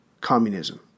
communism